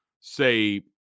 say